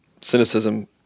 cynicism